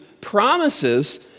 promises